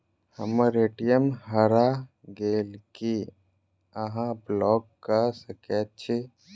हम्मर ए.टी.एम हरा गेल की अहाँ ब्लॉक कऽ सकैत छी?